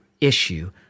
issue